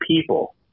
people